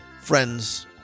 friends